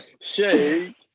Shake